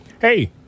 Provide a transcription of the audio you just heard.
hey